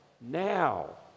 now